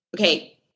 okay